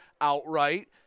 outright